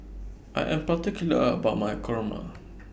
I Am particular about My Kurma